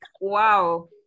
wow